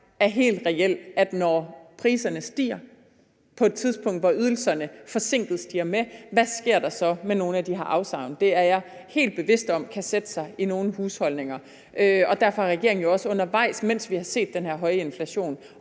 er helt reel: Når priserne stiger på et tidspunkt, hvor ydelserne stiger med forsinket, hvad sker der så med nogle af de her afsavn? Det er jeg helt bevidst om kan sætte sig i nogle husholdninger. Derfor har regeringen jo også undervejs, mens vi har set den her høje inflation,